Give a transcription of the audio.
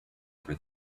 for